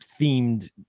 themed